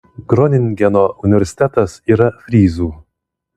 groningeno universitetas yra fryzų